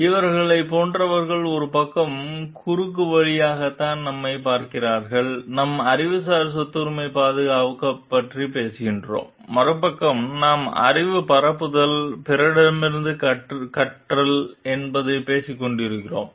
எனவே இவர்களைப் போன்றவர்கள் ஒரு பக்கம் குறுக்கு வழியாகத்தான் நம்மைப் பார்க்கின்றனர் நம் அறிவுசார் சொத்துரிமையைப் பாதுகாக்கப் பேசுகின்றனர் மறுபக்கம் நாம் அறிவுப் பரப்புதல் பிறரிடமிருந்து கற்றல் எனப் பேசிக் கொண்டிருக்கிறோம்